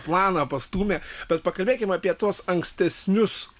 planą pastūmė bet pakalbėkim apie tuos ankstesnius